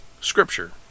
Scripture